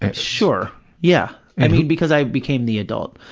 ah sure, yeah, i mean, because i became the adult.